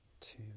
Two